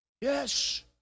Yes